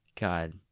God